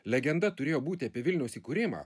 legenda turėjo būti apie vilniaus įkūrimą